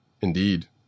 indeed